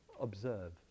observe